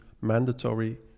mandatory